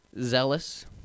zealous